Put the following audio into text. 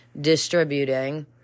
distributing